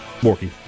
Morky